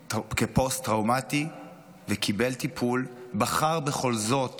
כפוסט-טראומטי וקיבל טיפול, בחר בכל זאת